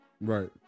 Right